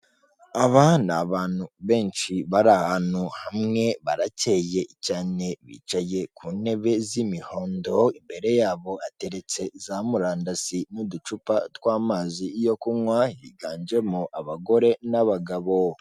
Aba ni abantu benshi bari ahantu hamwe baracye cyane bicaye ku ntebe z'imihondo, imbere yabo hateretse za murandasi n'uducupa tw'amazi yo kunywa, higanjemo abagore n'abagabo.